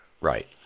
Right